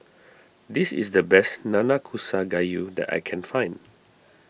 this is the best Nanakusa Gayu that I can find